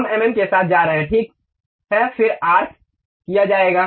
हम एमएम के साथ जा रहे हैं ठीक है फिर आर्क किया जाएगा